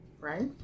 right